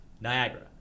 Niagara